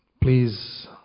please